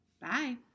bye